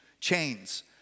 chains